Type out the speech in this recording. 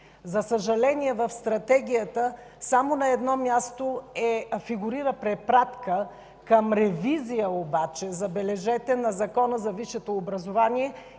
За съжаление, в Стратегията обаче само на едно място фигурира препратка към ревизия – забележете – на Закона за висшето образование,